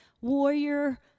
warrior